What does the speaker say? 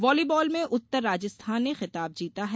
volleyball में उत्तर राजस्थान ने खिताब जीता है